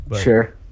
Sure